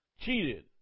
cheated